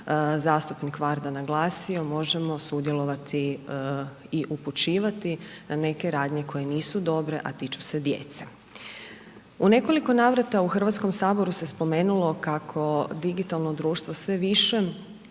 zastupnik Varda naglasio, možemo sudjelovati i upućivati na neke radnje koje nisu dobre a tiču se djece. U nekoliko navrata u Hrvatskom saboru se spomenulo kako digitalno društvo sve više